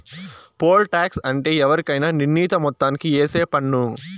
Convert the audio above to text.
pole tax అంటే ఎవరికైనా నిర్ణీత మొత్తానికి ఏసే పన్ను